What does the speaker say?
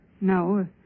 No